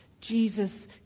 Jesus